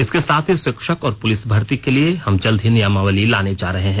इसके साथ ही शिक्षक और पुलिस भर्ती के लिए हम जल्द ही नियमावली लाने जा रहे हैं